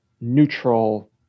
neutral